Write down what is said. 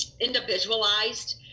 individualized